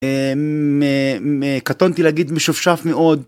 מקטונתי להגיד משופשף מאוד.